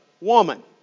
woman